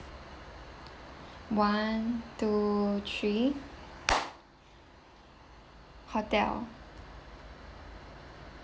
one two three hotel